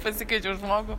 pasikviečiau žmogų